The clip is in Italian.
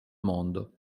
mondo